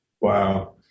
Wow